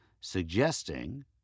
suggesting